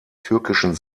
türkischen